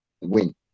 win